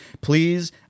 please